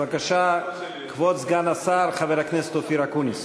בבקשה, כבוד סגן השר חבר הכנסת אופיר אקוניס.